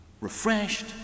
refreshed